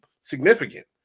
significant